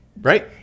Right